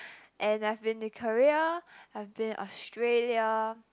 and I've been to Korea I've been Australia